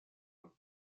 بود